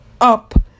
up